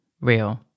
real